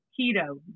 keto